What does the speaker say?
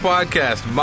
Podcast